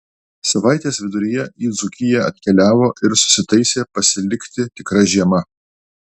savaitės viduryje į dzūkiją atkeliavo ir susitaisė pasilikti tikra žiema